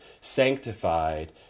sanctified